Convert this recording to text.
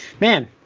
Man